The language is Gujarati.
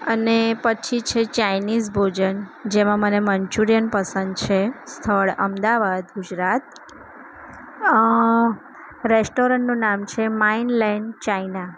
અને પછી છે ચાઇનીઝ ભોજન જેમાં મને મન્ચુરિયન પસંદ છે સ્થળ અમદાવાદ ગુજરાત રેસ્ટોરન્ટનું નામ છે માઈન લેન્ડ ચાઈના